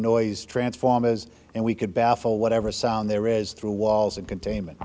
noise transformers and we could baffle whatever sound there is through walls and containment